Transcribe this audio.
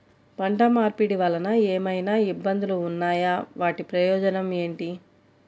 పంట మార్పిడి వలన ఏమయినా ఇబ్బందులు ఉన్నాయా వాటి ప్రయోజనం ఏంటి?